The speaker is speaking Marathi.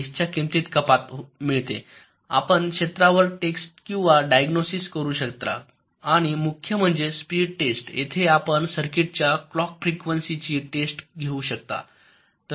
टेस्टच्या किंमतीत कपात कमी होते आपण क्षेत्रावर टेस्ट आणि डायग्नोसिस करू शकता आणि मुख्य म्हणजे स्पीड टेस्ट येथे आपण सर्किटच्या क्लॉक फ्रिकवेनसी ची टेस्ट घेऊ शकता